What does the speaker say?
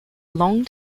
long